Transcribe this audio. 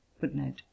footnote